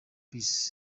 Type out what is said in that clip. peace